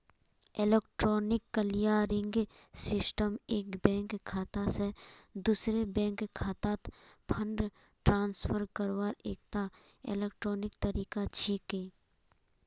electronic clearing system एक bank खाता स दूसरे बैंक खातात फंड ट्रांसफर करवार एकता इलेक्ट्रॉनिक तरीका छिके